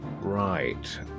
Right